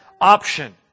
option